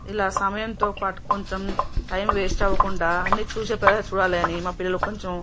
ఇలా సమయంతో పాటు కొంచెం టైం వేస్ట్ అవ్వకుండా అన్ని చూసే ప్రదేశాల్ని చూడాలని మా పిల్లలకు కొంచెం